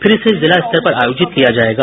फिर इसे जिला स्तर पर आयोजित किया जायेगा